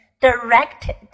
directed